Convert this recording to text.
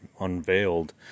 unveiled